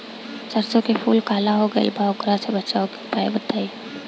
सरसों के फूल काला हो गएल बा वोकरा से बचाव के उपाय बताई?